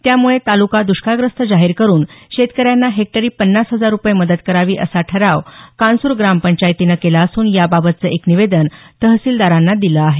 त्यामुळे तालुका दुष्काळग्रस्त जाहीर करून शेतकऱ्यांना हेक्टरी पन्नास हजार रुपये मदत करावी असा ठराव कान्सूर ग्रामपंचायतीनं केला असून याबाबतचे एक निवेदन तहसीलदारांना दिले आहे